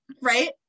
right